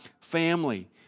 family